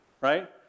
right